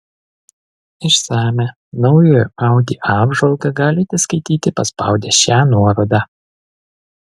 išsamią naujojo audi apžvalgą galite skaityti paspaudę šią nuorodą